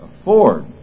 afford